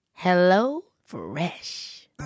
HelloFresh